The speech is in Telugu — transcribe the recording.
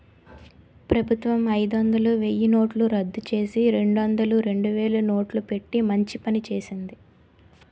ప్రభుత్వం అయిదొందలు, వెయ్యినోట్లు రద్దుచేసి, రెండొందలు, రెండువేలు నోట్లు పెట్టి మంచి పని చేసింది